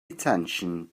attention